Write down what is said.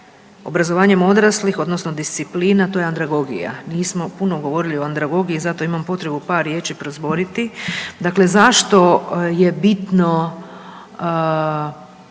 obrazovanjem odraslih odnosno disciplina to je andragogija. Nismo puno govorili o andragogiji zato imam potrebu par riječi prozboriti. Dakle, zašto je bitno